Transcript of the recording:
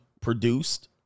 produced